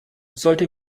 sollte